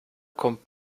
kommt